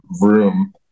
room